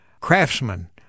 craftsman